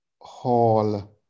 Hall